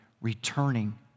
returning